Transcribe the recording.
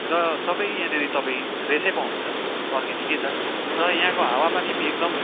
र सबै याँनेरि तपाईँ फ्रेसै पाउनुहुन्छ अर्ग्यानिकै छ र यहाँको हावा पानी पनि एकदम